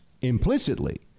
implicitly